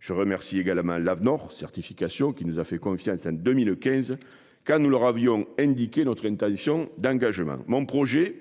Je remercie également l'Afnor Certification qui nous a fait confiance à 2015, quand nous leur avions indiqué notre intention d'engagement mon projet,